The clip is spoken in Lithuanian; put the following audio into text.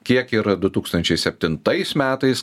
kiek ir du tūkstančiai septintais metais